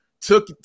took